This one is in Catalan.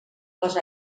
les